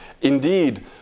Indeed